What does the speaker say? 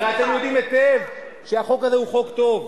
הרי אתם יודעים היטב שהחוק הזה הוא חוק טוב,